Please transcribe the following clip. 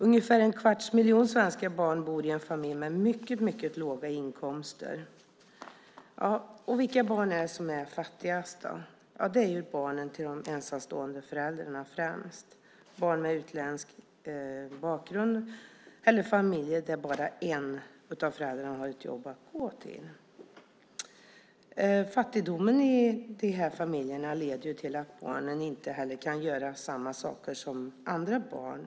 Ungefär en kvarts miljon svenska barn bor i familjer med mycket låga inkomster. Vilka barn är det då som är fattigast? Ja, det är främst barn till ensamstående föräldrar, barn med utländsk bakgrund eller barn i familjer där bara en av föräldrarna har ett jobb att gå till. Fattigdomen i de här familjerna leder till att barnen inte kan göra samma saker som andra barn.